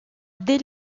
dès